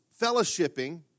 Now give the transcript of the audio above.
fellowshipping